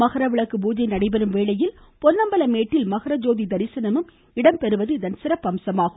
மகரவிளக்கு பூஜை நடைபெறும் வேளையில் பொன்னம்பல மேட்டில் மகரஜோதி தரிசனமும் இடம்பெறுவது இதன் சிறப்பம்சமாகும்